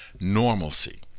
normalcy